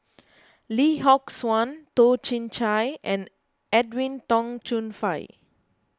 Lee Yock Suan Toh Chin Chye and Edwin Tong Chun Fai